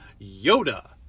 Yoda